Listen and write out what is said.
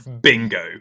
bingo